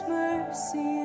mercy